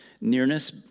nearness